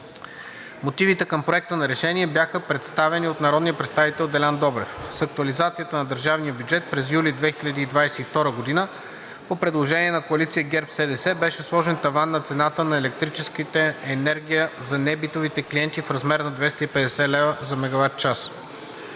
Мотивите към Проекта на решение бяха представени от народния представител Делян Добрев. С актуализацията на държавния бюджет през юли 2022 г. по предложение на коалиция ГЕРБ-СДС беше сложен таван на цената на електрическата енергия за небитовите клиенти в размер на 250 лв. за мегаватчас.